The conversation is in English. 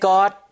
God